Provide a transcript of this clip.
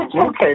Okay